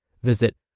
Visit